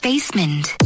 Basement